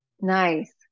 Nice